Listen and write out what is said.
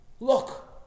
Look